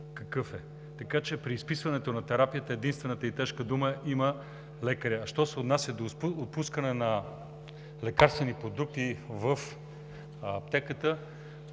какъв е. Така че при изписването на терапията единствената и тежка дума има лекарят. Що се отнася до отпускането на лекарствени продукти в аптеката,